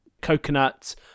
coconuts